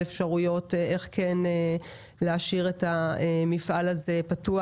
אפשרויות איך כן להשאיר את המפעל הזה פתוח.